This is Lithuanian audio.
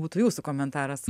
būtų jūsų komentaras